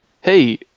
Hey